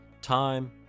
time